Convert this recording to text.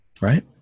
right